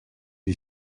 est